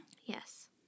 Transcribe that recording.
Yes